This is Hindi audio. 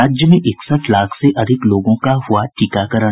राज्य में इकसठ लाख से अधिक लोगों का हुआ टीकाकरण